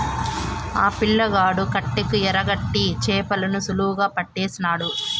ఆ పిల్లగాడు కట్టెకు ఎరకట్టి చేపలను సులువుగా పట్టేసినాడు